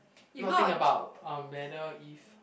not think about um whether if